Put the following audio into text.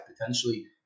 potentially